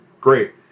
Great